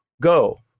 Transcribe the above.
go